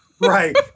Right